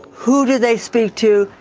who do they speak to,